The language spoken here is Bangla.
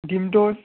ডিম টোস্ট